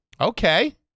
Okay